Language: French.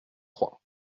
trois